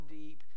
deep